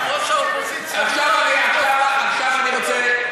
יושב-ראש האופוזיציה, עכשיו אני רוצה,